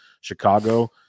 Chicago